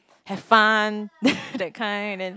have fun that kind then